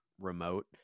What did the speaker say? remote